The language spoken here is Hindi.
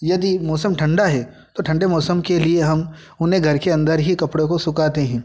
यदि मौसम ठंडा है तो ठंडे मौसम के लिए हम उन्हें घर के अंदर ही कपड़ों को सुखाते हैं